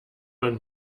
man